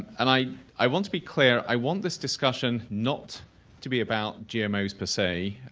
and i i want to be clear, i want this discussion not to be about gmos per say,